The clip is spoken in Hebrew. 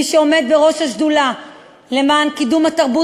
מי שעומד בראש השדולה למען קידום התרבות